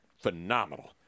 Phenomenal